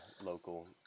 local